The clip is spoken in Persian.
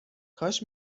کاش